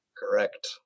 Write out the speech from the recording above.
Correct